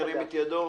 ירים את ידו.